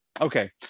okay